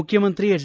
ಮುಖ್ಯಮಂತ್ರಿ ಎಚ್